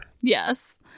Yes